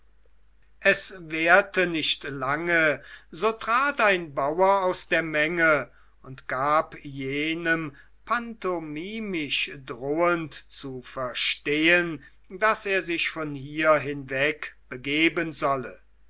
es währte nicht lange so trat ein bauer aus der menge und gab jenem pantomimisch drohend zu verstehen daß er sich von hier hinwegbegeben solle